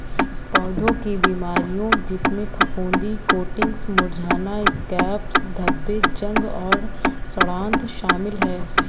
पौधों की बीमारियों जिसमें फफूंदी कोटिंग्स मुरझाना स्कैब्स धब्बे जंग और सड़ांध शामिल हैं